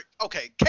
Okay